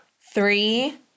Three